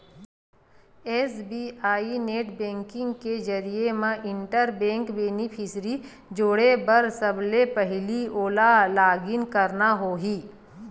SBI net banking के जरिए म इंटर बेंक बेनिफिसियरी जोड़े बर सबले पहिली ओला लॉगिन करना होही